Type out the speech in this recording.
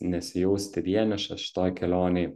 nesijausti vienišas šitoj kelionėj